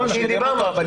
כי דיברנו על זה.